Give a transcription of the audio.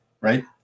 Right